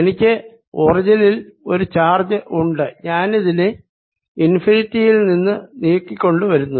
എനിക്ക് ഒറിജിനിൽ ഒരു ചാർജ് ഉണ്ട് ഞാനതിനെ ഇൻഫിനിറ്റിയിൽ നിന്നും നീക്കി കൊണ്ട് വരുന്നു